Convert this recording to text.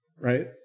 right